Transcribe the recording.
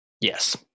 Yes